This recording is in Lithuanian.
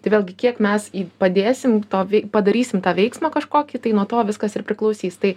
tai vėlgi kiek mes padėsim to veik padarysim tą veiksmą kažkokį tai nuo to viskas ir priklausys tai